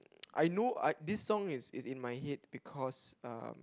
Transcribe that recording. I know I this song is is in my head because um